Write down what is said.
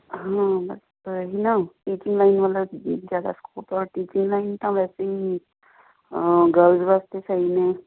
ਹਾਂ ਪਰ ਨਾ ਟੀਚਿੰਗ ਲਾਈਨ ਵਾਲਾ ਜ਼ਿਆਦਾ ਸਕੋਪ ਔਰ ਟੀਚਿੰਗ ਲਾਈਨ ਤਾਂ ਵੈਸੇ ਵੀ ਗਰਲਜ਼ ਵਾਸਤੇ ਸਹੀ ਨੇ